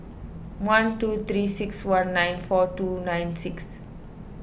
one two three six one nine four two nine six